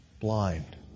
blind